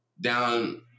down